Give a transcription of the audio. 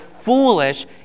foolish